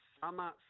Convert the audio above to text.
Summer